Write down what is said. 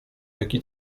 jaki